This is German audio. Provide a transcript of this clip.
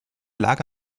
lage